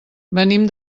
venim